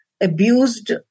abused